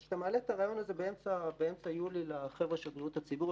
אז כשאתה מעלה את הרעיון הזה באמצע יולי לחבר'ה של בריאות הציבור,